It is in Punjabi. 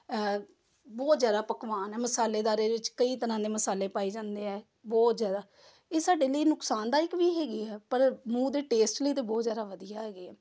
ਬਹੁਤ ਜ਼ਿਆਦਾ ਪਕਵਾਨ ਹੈ ਮਸਾਲੇਦਾਰ ਇਹਦੇ ਵਿੱਚ ਕਈ ਤਰ੍ਹਾਂ ਦੇ ਮਸਾਲੇ ਪਾਏ ਜਾਂਦੇ ਹੈ ਬਹੁਤ ਜ਼ਿਆਦਾ ਇਹ ਸਾਡੇ ਲਈ ਨੁਕਸਾਨਦਾਇਕ ਵੀ ਹੈਗੇ ਆ ਪਰ ਮੂੰਹ ਦੇ ਟੇਸਟ ਲਈ ਤਾਂ ਬਹੁਤ ਜ਼ਿਆਦਾ ਵਧੀਆ ਹੈਗੇ ਆ